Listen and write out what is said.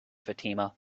fatima